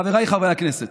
חבריי חברי הכנסת,